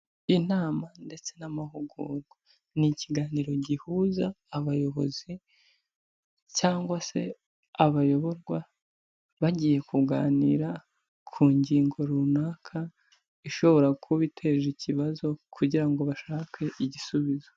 Inama ndetse n'amahugurwa ni ikiganiro gihuza abayobozi cyangwa se abayoborwa bagiye kuganira ku ngingo runaka ishobora kuba iteje ikibazo kugira ngo bashake igisubizo.